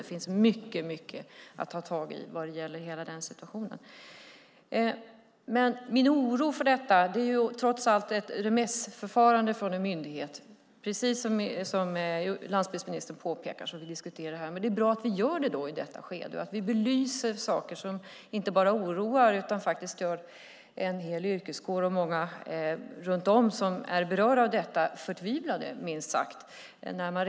Det finns mycket att ta tag i vad gäller hela den situationen. Det är trots allt ett remissförfarande från en myndighet, som landsbygdsministern påpekar och som vi diskuterar här. Men det är bra att vi i detta skede belyser saker som inte bara oroar utan faktiskt gör en hel yrkeskår och många runt om som är berörda av detta minst sagt förtvivlade.